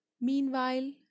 Meanwhile